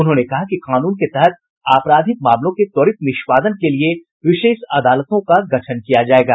उन्होंने कहा कि कानून के तहत आपराधिक मामलों के त्वरित निष्पादन के लिए विशेष अदालतों का गठन किया जायेगा